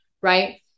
Right